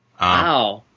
Wow